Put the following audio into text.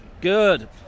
Good